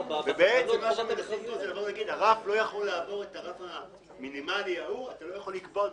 הרף לא יכול לעבור את הרף המינימלי ההוא ואתה לא יכול לקבוע דרישות.